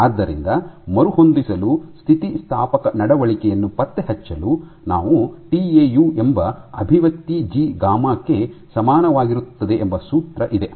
ಆದ್ದರಿಂದ ಮರುಹೊಂದಿಸಲು ಸ್ಥಿತಿಸ್ಥಾಪಕ ನಡವಳಿಕೆಯನ್ನು ಪತ್ತೆಹಚ್ಚಲು ನಾವು ಟಿಎಯು ಎಂಬ ಅಭಿವ್ಯಕ್ತಿ ಜಿ ಗಾಮಾ ಕ್ಕೆ ಸಮಾನವಾಗಿರುತ್ತದೆ ಎಂಬ ಸೂತ್ರ ಇದೆ